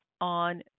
on